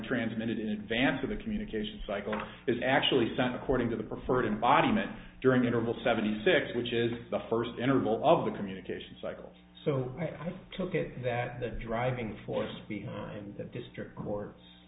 transmitted in advance of the communication cycle is actually sent according to the preferred embodiment during interval seventy six which is the first interval of the communication cycle so i took it that the driving force behind the district court